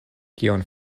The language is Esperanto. kion